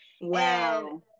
Wow